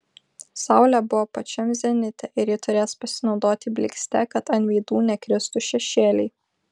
saulė buvo pačiam zenite ir ji turės pasinaudoti blykste kad ant veidų nekristų šešėliai